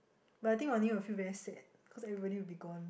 but I think Wan-Yee will feel very sad because everybody will be gone